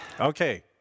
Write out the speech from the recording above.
Okay